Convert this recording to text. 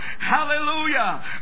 Hallelujah